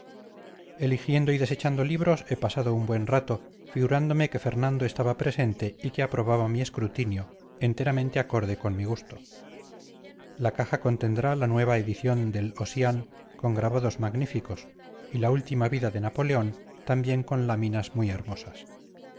eligiendo y desechando libros he pasado un buen rato figurándome que fernando estaba presente y que aprobaba mi escrutinio enteramente acorde con mi gusto la caja contendrá la nueva edición del ossian con grabados magníficos y la última vida de napoleón también con láminas muy hermosas